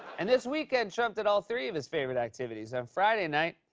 and this weekend, trump did all three of his favorite activities. on friday night,